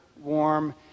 warm